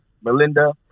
Melinda